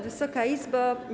Wysoka Izbo!